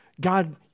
God